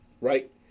right